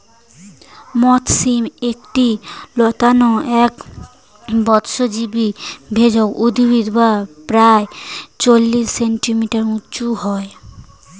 মথ শিম একটি লতানো একবর্ষজীবি ভেষজ উদ্ভিদ যা প্রায় চল্লিশ সেন্টিমিটার উঁচু হয়